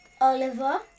Oliver